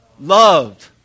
loved